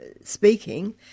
speaking